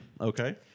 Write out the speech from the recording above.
Okay